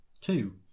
two